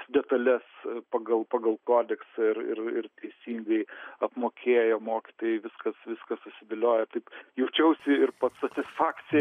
detales pagal pagal kodeksą ir ir ir teisingai apmokėjo mokytojai viskas viskas susidėliojo taip jaučiausi ir pats satisfakciją